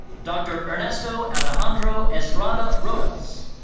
dr. ernesto alejandro estrada rodas.